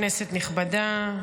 כנסת נכבדה.